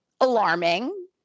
Alarming